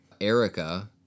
Erica